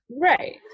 Right